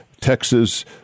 Texas